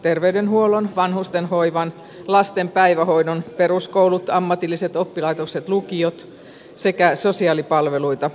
terveydenhuollon vanhustenhoivan lasten päivähoidon peruskoulut ammatilliset oppilaitokset lukiot sekä sosiaalipalveluita